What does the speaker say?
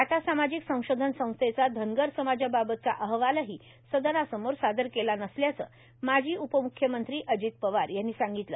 टाटा सामाजिक संशोधन संस्थेचा धनगर समाजाबाबतचा अहवालही सदनासमोर सादर केला नसल्याचं माजी उपम्ख्यमंत्री अजित पवार यांनी सांगितलं